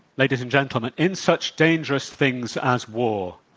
ladies and gentlemen, in such dangerous things as war,